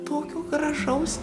tokio gražaus